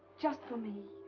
just for me?